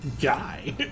guy